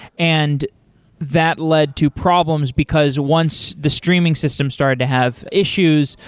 and that led to problems, because once the streaming system started to have issues,